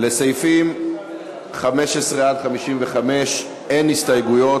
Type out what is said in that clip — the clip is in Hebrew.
לסעיפים 15 עד 55 אין הסתייגויות.